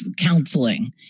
counseling